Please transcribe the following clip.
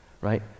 right